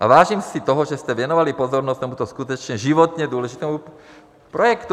A vážím si toho, že jste věnovali pozornost tomuto skutečně životně důležitému projektu.